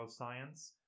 neuroscience